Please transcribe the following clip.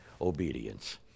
obedience